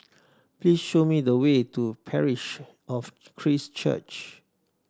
please show me the way to Parish of Christ Church